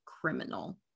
criminal